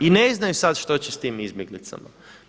I ne znaju sada što će sa tim izbjeglicama.